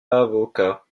avocat